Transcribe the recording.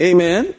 Amen